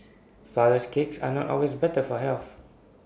Flourless Cakes are not always better for health